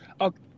okay